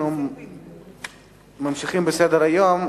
אנחנו ממשיכים בסדר-היום.